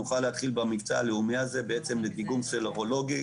נוכל להתחיל במבצע הלאומי הזה לדיגום סרולוגי